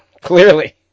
Clearly